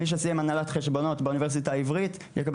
מי שסיים הנהלת חשבונות באוניברסיטה העברית יקבל